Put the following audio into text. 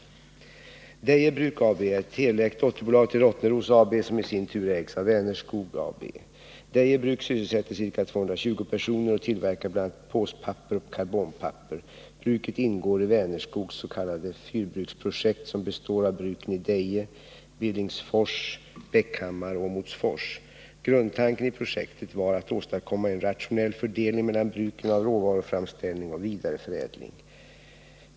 Deje Bruk AB är ett helägt dotterbolag till Rottneros AB som i sin tur ägs av Vänerskog AB. Deje Bruk sysselsätter ca 220 personer och tillverkar bl.a. påspapper och karbonpapper. Bruket ingår i Vänerskogs s.k. fyrabruksprojekt som består av bruken i Deje, Billingsfors, Bäckhammar och Åmotfors. Grundtanken i projektet var att åstadkomma en rationell fördelning mellan bruken av råvaruframställning och vidareförädling.